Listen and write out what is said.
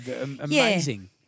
amazing